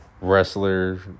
wrestler